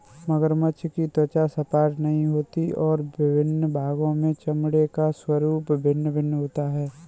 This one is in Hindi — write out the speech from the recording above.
मगरमच्छ की त्वचा सपाट नहीं होती और विभिन्न भागों के चमड़े का स्वरूप भिन्न भिन्न होता है